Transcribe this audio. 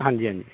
ਹਾਂਜੀ ਹਾਂਜੀ